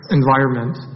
environment